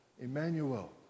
Emmanuel